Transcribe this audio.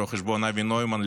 רואה החשבון אבי נוימן,